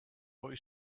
boy